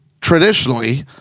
traditionally